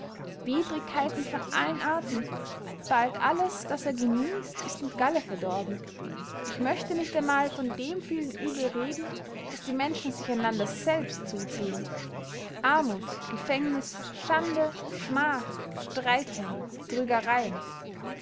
widrigkeiten von allen arten bald alles das er genießt ist mit galle verdorben ich möchte nicht einmal von dem vielen uebel reden das die menschen sich einander selbst zuziehen armuth gefängniß schande schmach streithändel betrügereyen